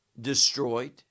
destroyed